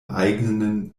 eigenen